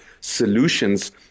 solutions